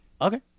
Okay